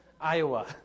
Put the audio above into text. Iowa